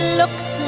looks